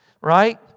right